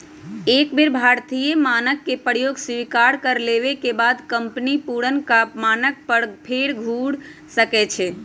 एक बेर भारतीय मानक के प्रयोग स्वीकार कर लेबेके बाद कंपनी पुरनका मानक पर फेर घुर सकै छै